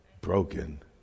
broken